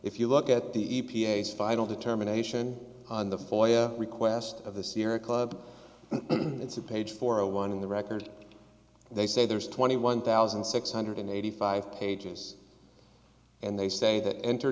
if you look at the e p a s final determination on the foyer request of the sierra club it's a page for a one in the record they say there's twenty one thousand six hundred eighty five pages and they say that enter